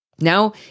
Now